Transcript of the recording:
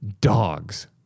dogs